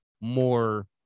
more